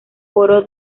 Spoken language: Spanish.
foro